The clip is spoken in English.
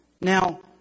Now